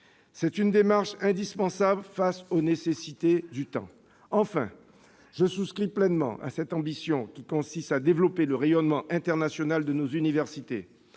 C'est une démarche indispensable face aux nécessités du temps. Je souscris pleinement à cette ambition qui consiste à développer le rayonnement international de nos universités,